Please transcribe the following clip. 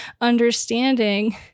understanding